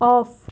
off